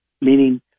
meaning